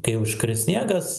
kai jau iškris sniegas